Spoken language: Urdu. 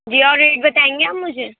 جی اور ریٹ بتائیں گے آپ مجھے